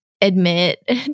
admit